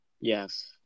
yes